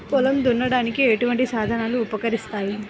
పొలం దున్నడానికి ఎటువంటి సాధనలు ఉపకరిస్తాయి?